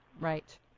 Right